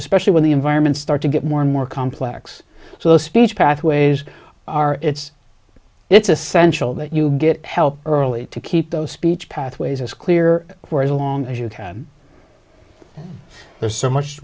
especially when the environment start to get more and more complex so the speech pathways are it's it's essential that you get help early to keep those speech pathways as clear for as long as you can there's so much